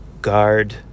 guard